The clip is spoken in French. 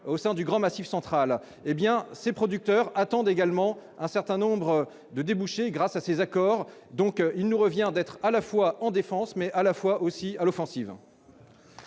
au sein du grand Massif Central, hé bien ces producteurs attendent également un certain nombre de débouchés grâce à ces accords, donc il nous revient d'être à la fois en défense, mais à la fois aussi à l'offensive.